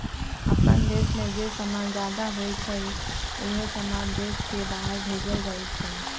अप्पन देश में जे समान जादा होई छई उहे समान देश के बाहर भेजल जाई छई